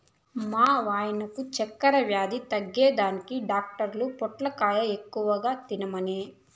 మా వాయినకు చక్కెర వ్యాధి తగ్గేదానికి డాక్టర్ పొట్లకాయ ఎక్కువ తినమనె